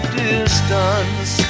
distance